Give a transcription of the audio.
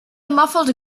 muffled